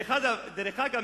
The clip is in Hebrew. דרך אגב,